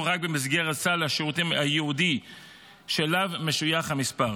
רק במסגרת סל השירותים הייעודי שאליו משויך המספר.